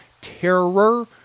Terror